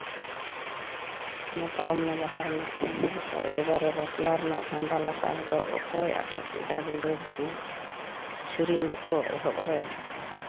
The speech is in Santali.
ᱚᱱᱟ ᱯᱟᱨᱚᱢᱮᱱᱟ ᱵᱟᱦᱟ ᱨᱮᱱᱟᱜ ᱪᱷᱟᱢᱰᱟ ᱞᱟᱛᱟᱨ ᱨᱮ ᱮᱵᱟᱨᱮ ᱵᱟᱯᱞᱟ ᱨᱮᱱᱟᱜ ᱪᱷᱟᱢᱰᱟ ᱞᱟᱛᱟᱨ ᱨᱮᱫᱚ ᱚᱠᱚᱭ ᱟᱴᱮᱫ ᱠᱮᱫᱟ ᱜᱩᱸᱰᱟᱹ ᱵᱩᱥᱩᱵ ᱥᱤᱨᱤᱧ ᱫᱚᱠᱚ ᱮᱦᱚᱵ ᱨᱮ